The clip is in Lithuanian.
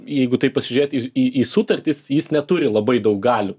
jeigu taip pasižiūrėti ir į į sutartis jis neturi labai daug galių